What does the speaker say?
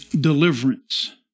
deliverance